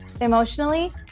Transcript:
emotionally